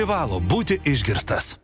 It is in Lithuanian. privalo būti išgirstas